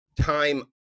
time